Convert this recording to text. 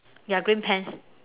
ya green pants